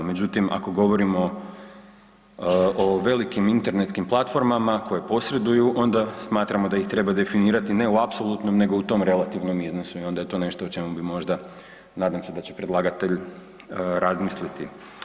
Međutim, ako govorimo o velik internetskim platformama koje posreduju onda smatramo da ih treba definirati ne u apsolutnom nego u tom relativnom iznosu i onda je to nešto čemu bi možda nadam se da će predlagatelj razmisliti.